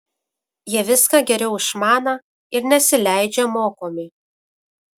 jie viską geriau išmaną ir nesileidžią mokomi